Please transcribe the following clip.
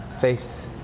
faced